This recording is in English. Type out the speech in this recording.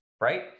right